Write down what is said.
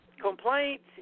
Complaints